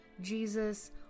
Jesus